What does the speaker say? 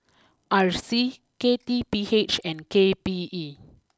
R C K T P H and K P E